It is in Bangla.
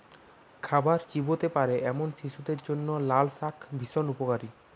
খাবার চিবোতে পারে এমন শিশুদের জন্য লালশাক ভীষণ উপকারী